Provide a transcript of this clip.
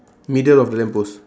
middle of the lamp post